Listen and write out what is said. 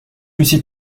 lucie